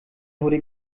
wurde